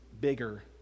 bigger